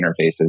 interfaces